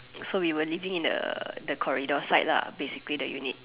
so we were living in the the corridor side lah basically the unit